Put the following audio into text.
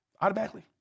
Automatically